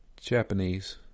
Japanese